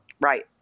Right